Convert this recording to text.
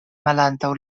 malantaŭ